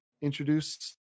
introduce